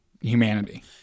humanity